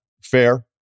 Fair